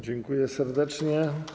Dziękuję serdecznie.